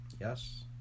Yes